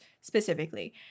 specifically